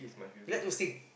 you like to sing